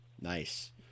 Nice